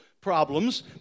problems